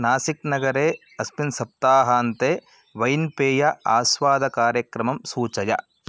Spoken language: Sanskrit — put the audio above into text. नासिक् नगरे अस्मिन् सप्ताहान्ते वैन् पेय आस्वादकार्यक्रमं सूचय